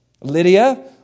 Lydia